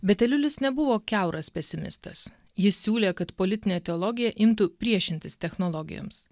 bet eliulis nebuvo kiauras pesimistas jis siūlė kad politinė teologija imtų priešintis technologijoms